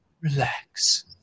relax